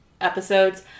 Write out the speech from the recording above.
episodes